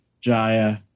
Jaya